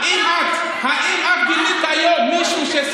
מה זה קשור?